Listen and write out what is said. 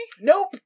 Nope